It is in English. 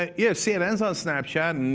ah yeah, cnn's on snapchat,